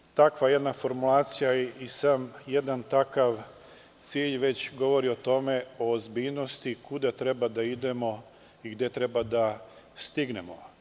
Sama takva jedna formulacija i sam jedan takav cilj već govori o ozbiljnosti i o tome kuda treba da idemo i gde treba da stignemo.